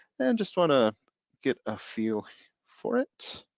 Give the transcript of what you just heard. and just wanna get a feel for it.